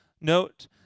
Note